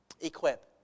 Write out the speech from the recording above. Equip